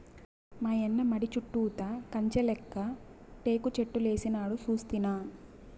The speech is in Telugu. మాయన్న మడి చుట్టూతా కంచెలెక్క టేకుచెట్లేసినాడు సూస్తినా